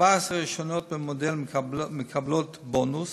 14 הראשונות במודל מקבלות בונוס,